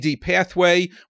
pathway